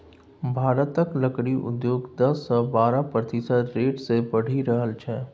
भारतक लकड़ी उद्योग दस सँ बारह प्रतिशत रेट सँ बढ़ि रहल छै